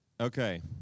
Okay